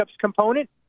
component